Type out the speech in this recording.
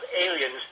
aliens